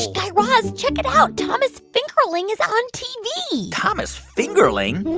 guy raz, check it out thomas fingerling is on tv thomas fingerling?